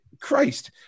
Christ